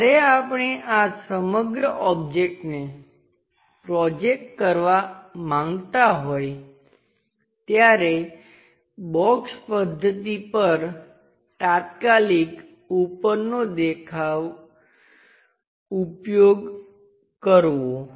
જ્યારે આપણે આ સમગ્ર ઓબ્જેક્ટને પ્રોજેકટ કરવા માંગતા હોય ત્યારે બોક્સ પદ્ધતિ પર તાત્કાલિક ઉપરનો દેખાવનો ઉપયોગ કરવો